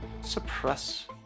suppress